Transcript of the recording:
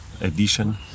edition